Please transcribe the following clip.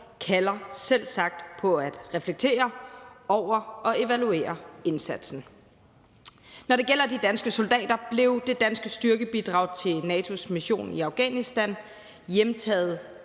kalder selv sagt på at reflektere over og evaluere indsatsen. Når det gælder de danske soldater, blev det danske styrkebidrag til NATO's mission i Afghanistan hjemtaget